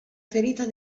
ferita